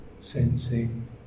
sensing